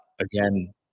again